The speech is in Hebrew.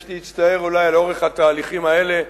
יש להצטער אולי על אורך התהליכים האלה.